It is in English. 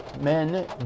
men